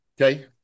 Okay